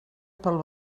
pel